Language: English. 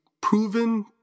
proven